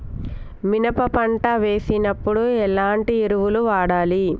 మినప పంట వేసినప్పుడు ఎలాంటి ఎరువులు వాడాలి?